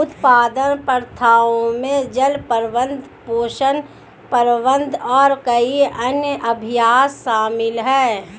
उत्पादन प्रथाओं में जल प्रबंधन, पोषण प्रबंधन और कई अन्य अभ्यास शामिल हैं